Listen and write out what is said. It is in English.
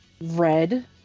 red